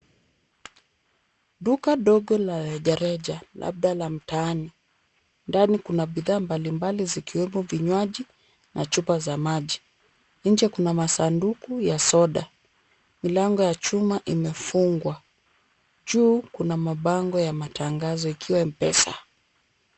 Duka Ndogo la rejareja labda ya mtaani, dani kuna bidhaa mbalimbali zikiwemo vinywaji, na chupa za maji, nje kuna masanduku ya soda, mlango ya chuma imefungwa, juu kuna mabango ya matangazo ikiwa Mpesa.